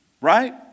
Right